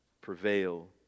prevail